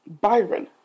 Byron